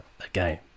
again